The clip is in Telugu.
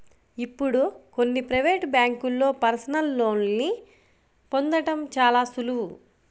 ఇప్పుడు కొన్ని ప్రవేటు బ్యేంకుల్లో పర్సనల్ లోన్ని పొందడం చాలా సులువు